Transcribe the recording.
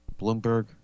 Bloomberg